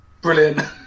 Brilliant